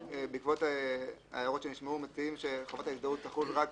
בעקבות ההערות שנשמעו אנחנו מציעים שחובת ההזדהות תחול רק